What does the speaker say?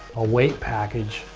a weight package,